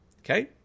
Okay